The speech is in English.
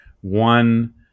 one